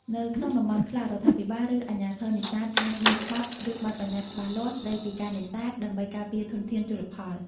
នៅក្នុងតំបន់ខ្លះ រដ្ឋាភិបាល ឬអាជ្ញាធរនេសាទអាចមានច្បាប់ ឬបទប្បញ្ញត្តិច្បាស់លាស់ស្តីពីការនេសាទ ដើម្បីការពារធនធានជលផល។